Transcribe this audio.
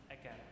again